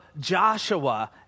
Joshua